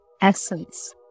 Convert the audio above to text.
essence